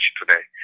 today